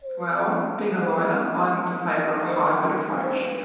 well, being a lawyer, i'm in favour of a hybrid approach.